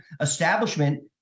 establishment